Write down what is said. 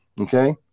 Okay